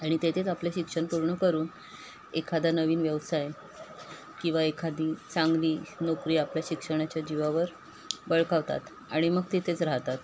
आणि तेथेच आपले शिक्षण पूर्ण करून एखादा नवीन व्यवसाय किंवा एखादी चांगली नोकरी आपल्या शिक्षणाच्या जीवावर बळकावतात आणि मग तिथेच राहतात